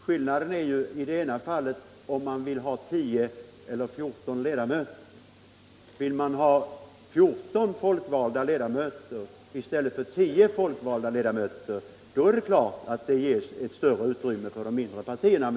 Skillnaden ligger i om man vill ha 10 eller 14 folkvalda ledamöter i länsstyrelsens styrelse. Vill man ha 14 folkvalda ledamöter i stället för 10 är det klart att det ges större utrymme åt de mindre partierna.